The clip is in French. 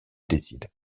décide